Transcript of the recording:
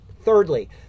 Thirdly